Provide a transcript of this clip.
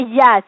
yes